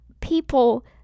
people